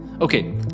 Okay